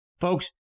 Folks